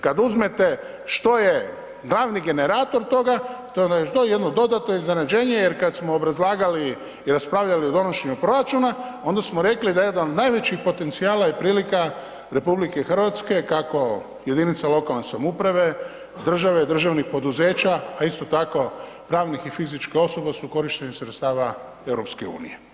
Kad uzmete što je glavni generator toga, to je već jedno dodatno iznenađenje jer kad smo obrazlagali i raspravljali o donošenju proračuna, onda smo rekli da jedan od najvećih potencijala je prilika RH, kako jedinica lokalne samouprave, države, državnih poduzeća, a isto tako pravnih i fizičkih osoba su korištenje sredstava EU.